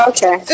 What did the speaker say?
Okay